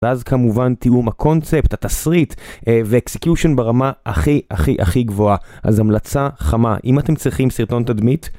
ואז כמובן תיאום הקונצפט, התסריט ואקסיקיושן ברמה הכי הכי הכי גבוהה אז המלצה חמה אם אתם צריכים סרטון תדמית